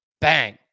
Bang